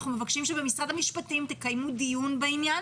אנחנו מבקשים שבמשרד המשפטים תקיימו דיון בעניין